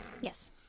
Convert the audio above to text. Yes